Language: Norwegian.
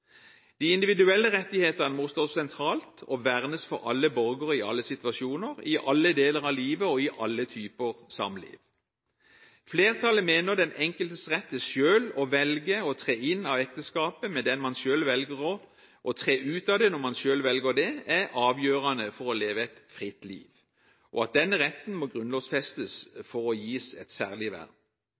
De individuelle rettighetene må stå sentralt og vernes for alle borgere i alle situasjoner, i alle deler av livet og i alle typer samliv. Flertallet mener den enkeltes rett til selv å velge å tre inn i ekteskapet med den man selv velger, og tre ut av det når man selv velger det, er avgjørende for å leve et fritt liv, og at denne retten må grunnlovfestes for å gis et særlig vern.